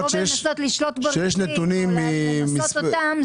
לנסות לשלוט ברווחים או למסות אותם,